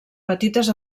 petites